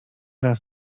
raz